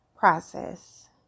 process